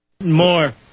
More